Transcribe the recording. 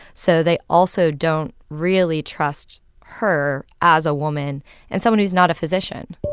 so they also don't really trust her as a woman and someone who's not a physician